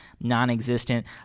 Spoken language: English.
non-existent